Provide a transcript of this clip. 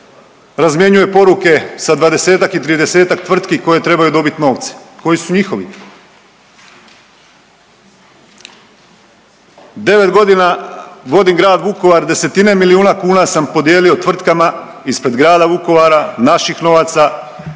razmjenjuje poruke sa 20-ak i 30-ak tvrtki koje trebaju dobiti novce, koji su njihovi. koji su njihovi. Devet godina vodim Grad Vukovar. Desetine milijuna kuna sam podijelio tvrtkama ispred Grada Vukovara naših novaca.